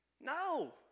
No